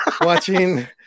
watching